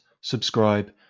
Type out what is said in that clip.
subscribe